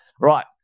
right